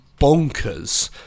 bonkers